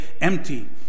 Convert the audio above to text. empty